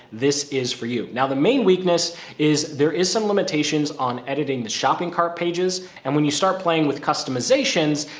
this is for you. now the main weakness is there is some limitations on editing the shopping cart pages. and when you start playing with customizations,